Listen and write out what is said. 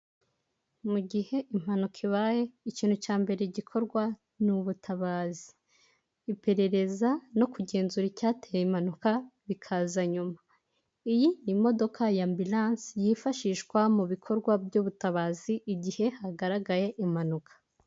Mu gihe impanuka ibaye ikintu cya mbere gikorwa ni ubutabazi, iperereza no kugenzura icyateye impanuka bikaza nyuma, iyi imodoka ya ambiranse yifashishwa mu bikorwa by'ubutabazi igihe hagaragaye impanuka.